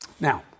Now